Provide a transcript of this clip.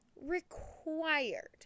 required